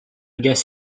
guess